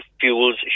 fuels